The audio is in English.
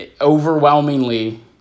overwhelmingly